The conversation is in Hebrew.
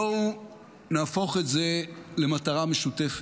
בואו נהפוך את זה למטרה משותפת.